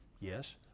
Yes